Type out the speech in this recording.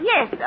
Yes